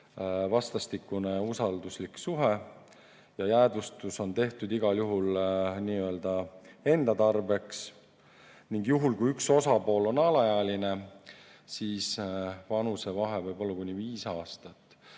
vastastikune usalduslik suhe ja see, et jäädvustus on tehtud igal juhul nii-öelda enda tarbeks. Juhul, kui üks osapool on alaealine, võib vanusevahe olla kuni viis aastat.